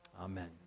Amen